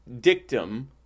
dictum